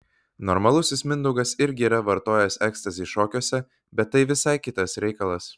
normalusis mindaugas irgi yra vartojęs ekstazį šokiuose bet tai visai kitas reikalas